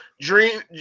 dream